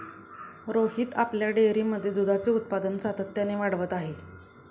रोहित आपल्या डेअरीमध्ये दुधाचे उत्पादन सातत्याने वाढवत आहे